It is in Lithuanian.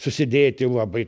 susidėti labai